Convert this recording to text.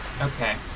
Okay